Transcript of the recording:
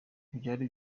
ntibyari